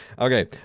Okay